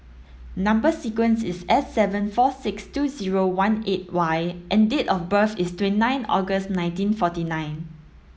number sequence is S seven four six two zero one eight Y and date of birth is twenty nine August nineteen forty nine